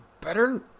better